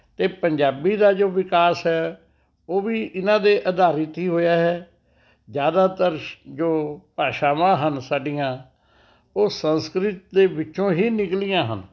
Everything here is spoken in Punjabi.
ਅਤੇ ਪੰਜਾਬੀ ਦਾ ਜੋ ਵਿਕਾਸ ਹੈ ਉਹ ਵੀ ਇਹਨਾਂ ਦੇ ਅਧਾਰਿਤ ਹੀ ਹੋਇਆ ਹੈ ਜ਼ਿਆਦਾਤਰ ਜੋ ਭਾਸ਼ਾਵਾਂ ਹਨ ਸਾਡੀਆਂ ਉਹ ਸੰਸਕ੍ਰਿਤ ਦੇ ਵਿੱਚੋਂ ਹੀ ਨਿਕਲੀਆਂ ਹਨ